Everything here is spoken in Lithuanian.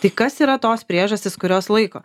tai kas yra tos priežastys kurios laiko